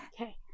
Okay